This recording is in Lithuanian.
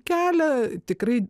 kelią tikrai